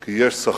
כי יש שכר